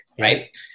right